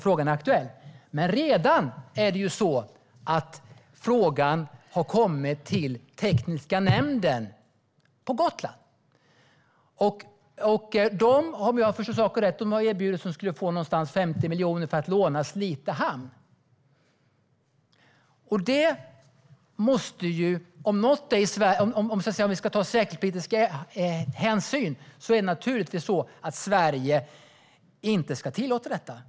Frågan är alltså aktuell. Men frågan har redan inkommit till tekniska nämnden på Gotland. Om jag förstår saken rätt har de erbjudits runt 50 miljoner för att låna ut Slite hamn. Om vi ska ta säkerhetspolitisk hänsyn ska Sverige naturligtvis inte tillåta detta.